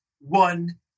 one